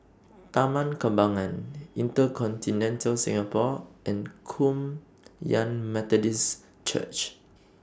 Taman Kembangan InterContinental Singapore and Kum Yan Methodist Church